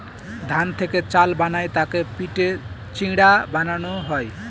ধান থেকে চাল বানায় তাকে পিটে চিড়া বানানো হয়